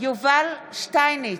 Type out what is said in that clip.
יובל שטייניץ,